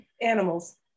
Animals